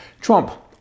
Trump